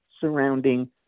surrounding